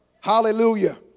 Hallelujah